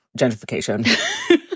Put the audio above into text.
gentrification